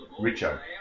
Richo